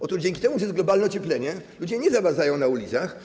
Otóż dzięki temu, że jest globalne ocieplenie, ludzie nie zamarzają na ulicach.